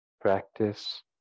Practice